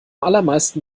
allermeisten